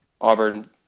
Auburn